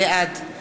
בעד ז'קי לוי,